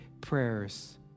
prayers